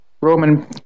Roman